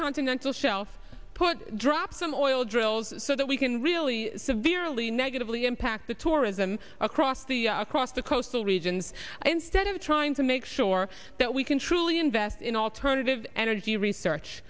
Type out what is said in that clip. continental shelf put drop some oil drills so that we can really severely negatively impact the tourism across the across the coastal regions instead of trying to make sure that we can truly invest in alternative energy research